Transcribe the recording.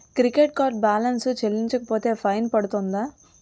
Credit card balance చెల్లించకపోతే fine పడ్తుంద?